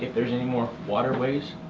there's any more waterways,